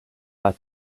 lia